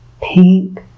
pink